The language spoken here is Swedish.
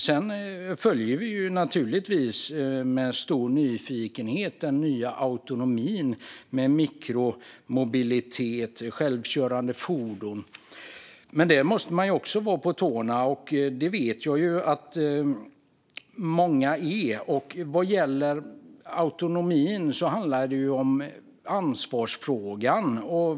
Vi följer naturligtvis med stor nyfikenhet den nya autonomin med mikromobilitet och självkörande fordon. Men där måste man vara på tårna, och det vet jag att många är. Vad gäller autonomin handlar det om ansvarsfrågan.